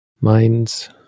minds